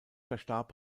verstarb